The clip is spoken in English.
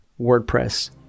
WordPress